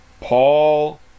Paul